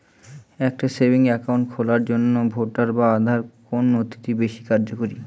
একটা savings account খোলার জন্য ভোটার বা আধার কোন নথিটি বেশী কার্যকরী?